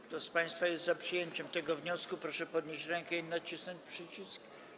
Kto z państwa jest za przyjęciem tego wniosku, proszę podnieść rękę i nacisnąć przycisk.